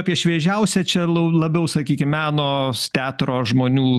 apie šviežiausią čia labiau sakykim meno teatro žmonių